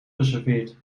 geserveerd